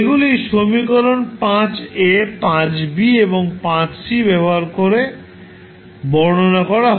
এগুলি সমীকরণ 5 a 5 b এবং 5 সি ব্যবহার করে বর্ণনা করা হয়